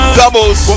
doubles